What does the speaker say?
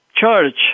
church